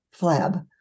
flab